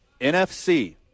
NFC